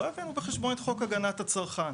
לא הבאנו בחשבון את חוק הגנת הצרכן.